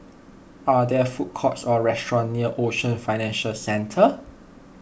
are there food courts or restaurants near Ocean Financial Centre